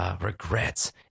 Regrets